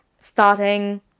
starting